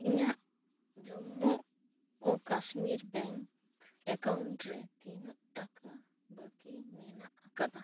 ᱤᱧᱟᱹᱜ ᱡᱚᱢᱢᱵᱩ ᱳ Kashmir bank account ᱨᱮ ᱛᱤᱱᱟᱹᱜ ᱴᱟᱠᱟ ᱵᱟᱹᱠᱤ ᱢᱮᱱᱟᱜ ᱟᱠᱟᱫᱟ